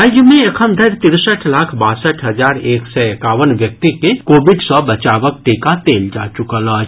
राज्य मे एखन धरि तिरसठि लाख बासठि हजार एक सय एकावन व्यक्ति के कोविड सँ बचावक टीका देल जा चुकल अछि